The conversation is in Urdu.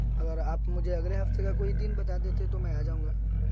اگر آپ مجھے اگلے ہفتے کا کوئی دن بتا دیتے تو میں آ جاؤں گا